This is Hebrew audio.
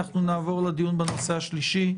נעבור לדיון בנושא השלישי,